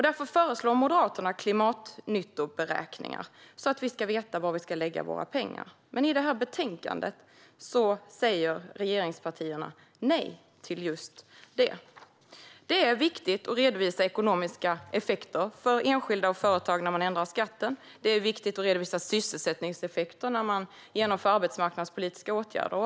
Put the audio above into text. Därför föreslår Moderaterna klimatnyttoberäkningar så att vi ska veta var vi ska lägga våra pengar. Men i det här betänkandet säger regeringspartierna nej till just detta. Det är viktigt att redovisa ekonomiska effekter för enskilda och företag när man ändrar skatter. Det är viktigt att redovisa sysselsättningseffekter när man vidtar arbetsmarknadspolitiska åtgärder.